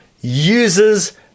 uses